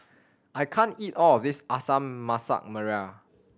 I can't eat all of this Masak Merah